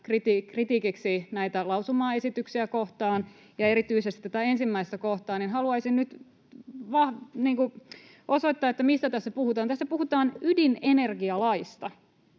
kritiikiksi näitä lausumaesityksiä kohtaan ja erityisesti tätä ensimmäistä kohtaan, haluaisin nyt osoittaa, mistä tässä puhutaan: Tässä puhutaan ydinenergialaista.